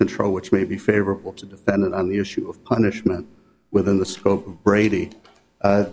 control which may be favorable to defendant on the issue of punishment within the scope